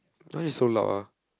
why you so loud ah